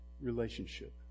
relationship